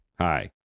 Hi